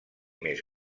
més